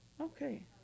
Okay